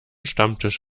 stammtisch